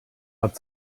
hat